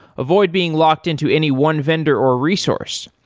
avoid being locked-in to any one vendor or resource.